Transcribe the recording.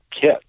kit